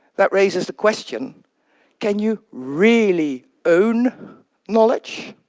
that raises the question can you really own knowledge?